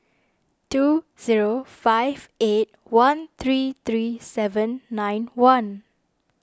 two zero five eight one three three seven nine one